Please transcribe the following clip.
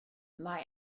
mae